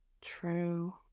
true